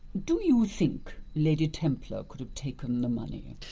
do you think lady templar could have taken the money?